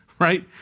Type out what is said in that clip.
right